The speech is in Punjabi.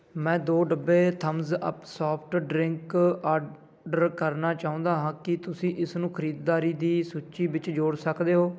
ਮੈਂ ਦੋ ਡੱਬੇ Thums Up soft drink order ਕਰਨਾ ਚਾਹੁੰਦਾ ਹਾਂ ਕੀ ਤੁਸੀਂ ਇਸ ਨੂੰ ਖਰੀਦਦਾਰੀ ਦੀ ਸੂਚੀ ਵਿੱਚ ਜੋੜ ਸਕਦੇ ਹੋ